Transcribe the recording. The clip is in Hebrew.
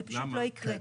זה פשוט לא יקרה.